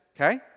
okay